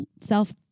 self